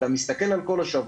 אתה מסתכל על כל השבוע,